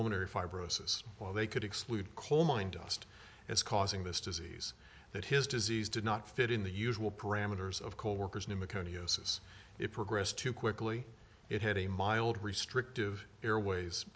pulmonary fibrosis while they could exclude coal mine dust as causing this disease that his disease did not fit in the usual parameters of coworkers knew macone uses it progressed too quickly it had a mild restrictive airways